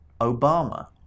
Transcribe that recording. Obama